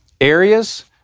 Areas